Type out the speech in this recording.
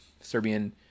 Serbian